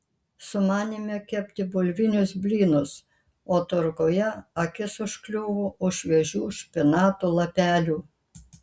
sumanėme kepti bulvinius blynus o turguje akis užkliuvo už šviežių špinatų lapelių